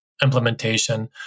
implementation